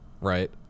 right